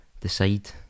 decide